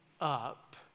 up